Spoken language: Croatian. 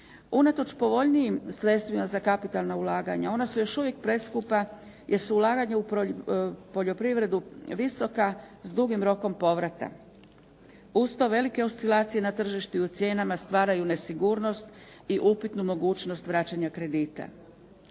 Unatoč povoljnijim sredstvima za kapitalna ulaganja ona su još uvijek preskupa jer su ulaganja u poljoprivredu visoka s dugim rokom povrata. Uz to velike oscilacije na tržištu i u cijenama stvaraju nesigurnost i upitnu mogućnost vraćanja kredita.